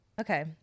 Okay